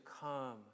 come